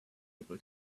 able